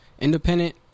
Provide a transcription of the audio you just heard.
independent